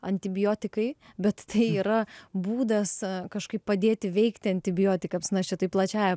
antibiotikai bet tai yra būdas kažkaip padėti veikti antibiotikams na aš čia taip plačiąja